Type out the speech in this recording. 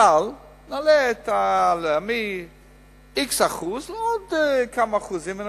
סל, נעלה אותו מx- אחוז בעוד כמה אחוזים.